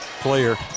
player